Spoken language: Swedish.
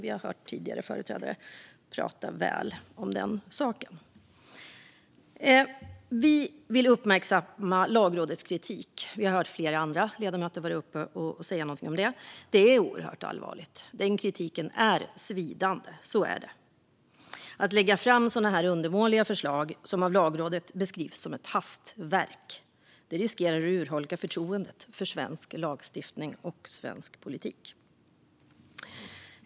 Vi har hört tidigare företrädare prata väl om den saken. Vi vill uppmärksamma Lagrådets oerhört allvarliga kritik, som vi hört flera andra ledamöter tala om. Den kritiken är svidande. Lagrådet beskriver förslaget som ett hastverk. Att lägga fram sådana här undermåliga förslag riskerar att urholka förtroendet för svensk lagstiftning och svensk politik.